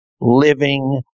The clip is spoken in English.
living